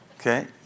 Okay